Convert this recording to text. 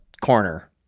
corner